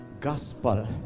gospel